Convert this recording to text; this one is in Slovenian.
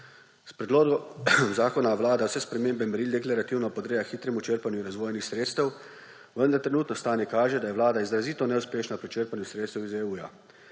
S predlogom zakona Vlada vse spremembe meril deklarativno podreja hitremu črpanju razvojnih sredstev, vendar trenutno stanje kaže, da je Vlada izrazito neuspešna pri črpanju sredstev iz EU.